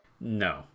No